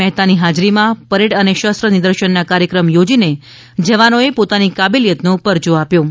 મહેતાની હાજરીમાં પરેડ અને શસ્ત્ર નિદર્શનના કાર્યક્રમ યોજીને જવાનોએ પોતાની કાબેલિયતનો પરચો આપ્યો હતો